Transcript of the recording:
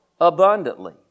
abundantly